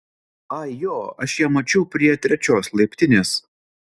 ai jo aš ją mačiau prie trečios laiptinės